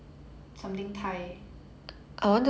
something 胎